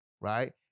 right